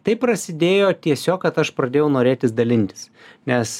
tai prasidėjo tiesiog kad aš pradėjau norėtis dalintis nes